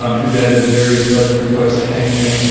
um who voted the various budget requests that came in